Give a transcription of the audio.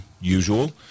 usual